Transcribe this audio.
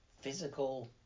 physical